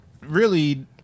really-